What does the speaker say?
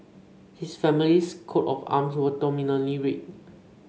his family's coat of arms was dominantly red